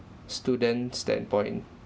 students' standpoint